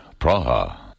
Praha